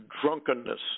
drunkenness